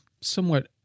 somewhat